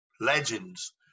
legends